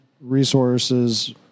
resources